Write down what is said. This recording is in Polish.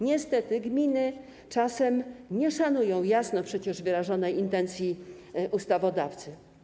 Niestety gminy czasem nie szanują jasno przecież wyrażonej intencji ustawodawcy.